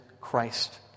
Christ